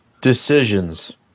decisions